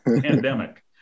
pandemic